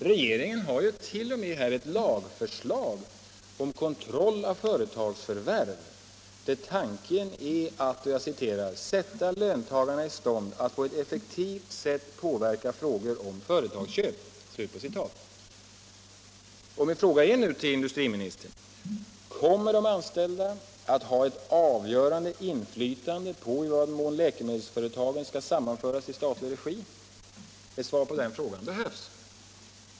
Regeringen har ju t.o.m. ett lagförslag om kontroll av företagsförvärv där tanken är att ”sätta löntagarna i stånd att på ett effektivt sätt påverka frågor om företagsköp”. Min fråga till industriministern är nu: Kommer de anställda att ha ett avgörande inflytande på i vad mån läkemedelsföretagen skall sammanföras i statlig regi? Ett svar på den frågan behövs.